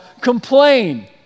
complain